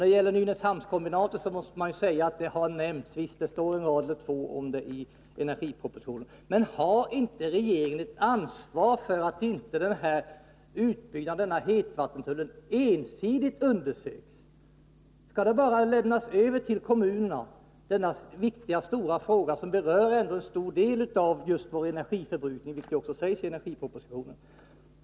Visst har Nynäshamnskombinatet nämnts i energipropositionen — det står en eller två rader om det. Men har inte regeringen ett ansvar för att undersökningarna inte ensidigt inriktas på en hetvattentunnel? Skall denna viktiga fråga, som berör en stor del av vår energiförbrukning, bara lämnas över till kommunerna?